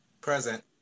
Present